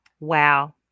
Wow